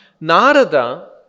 Narada